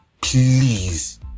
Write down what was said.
please